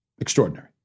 extraordinary